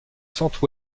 centre